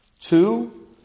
two